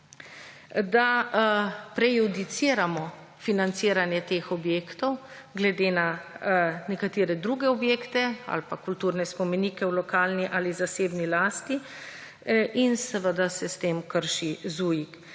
da prejudiciramo financiranje teh objektov glede na nekatere druge objekte ali pa kulturne spomenike v lokalni ali zasebni lasti in seveda sistem krši ZUJIK.